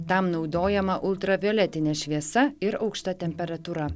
tam naudojama ultravioletine šviesa ir aukšta temperatūra